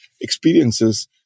experiences